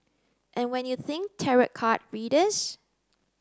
and when you think tarot card readers